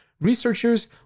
Researchers